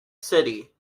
city